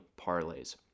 parlays